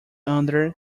under